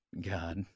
God